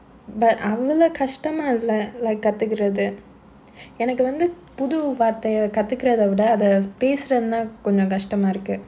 but அவ்ளோ கஷ்டமா இல்ல:avlo kashtamaa illa like கத்துகுறது எனக்கு வந்து புது வார்த்தைய கத்துக்கறதவிட அத பேசுறதுதான் கொஞ்சம் கஷ்ட்டமா இருக்கு:kathukkurathu ennakku vanthu puthu vaarthaiya kathukkuratha vida adha paesuradhudhaan konjam kashtamaa irukku